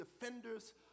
defenders